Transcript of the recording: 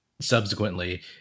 subsequently